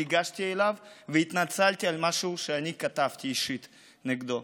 ניגשתי אליו והתנצלתי על משהו שכתבתי אישית נגדו.